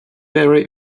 very